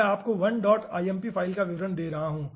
मैं आपको 1lmp file का विवरण दिखा रहा हूँ